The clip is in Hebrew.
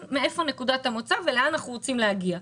היכן נקודת המוצא ולאן אנחנו רוצים להגיע.